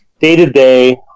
Day-to-day